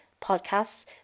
Podcasts